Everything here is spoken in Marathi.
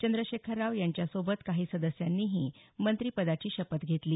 चंद्रशेखर राव यांच्यासोबत काही सदस्यांनीही मंत्रिपदाची शपथ घेतली